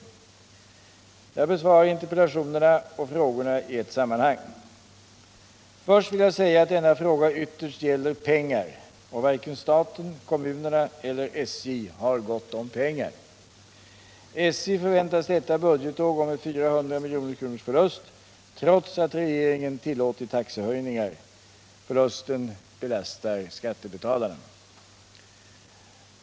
Jag besvarar interpellationerna och frågorna i ett sammanhang. Först vill jag säga att denna fråga ytterst gäller pengar, och varken staten, kommunerna eller SJ har gott om pengar. SJ förväntas detta budgetår gå med 400 miljoner kronors förlust trots att regeringen tillåtit taxehöjningar. Förlusten belastar skattebetalarna.